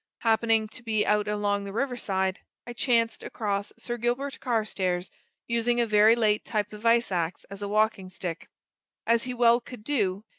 happening to be out along the riverside, i chanced across sir gilbert carstairs using a very late type of ice-ax as a walking-stick as he well could do,